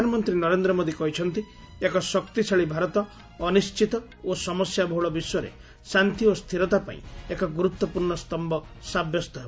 ପ୍ରଧାନମନ୍ତ୍ରୀ ନରେନ୍ଦ୍ର ମୋଦି କହିଛନ୍ତି ଏକ ଶକ୍ତିଶାଳୀ ଭାରତ ଅନିଶ୍ଚିତ ଓ ସମସ୍ୟାବହୁଳ ବିଶ୍ୱରେ ଶାନ୍ତି ଓ ସ୍ଥିରତାପାଇଁ ଏକ ଗୁରୁତ୍ୱପୂର୍ଣ୍ଣ ସ୍ତମ୍ଭ ସାବ୍ୟସ୍ତ ହେବ